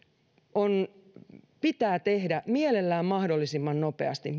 pitää tehdä mielellään mahdollisimman nopeasti